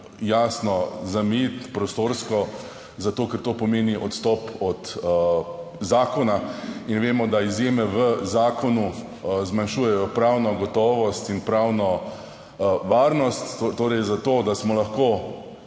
jasno zamejiti prostorsko, zato ker to pomeni odstop od zakona in vemo, da izjeme v zakonu zmanjšujejo pravno gotovost in pravno varnost. Torej zato, da smo lahko,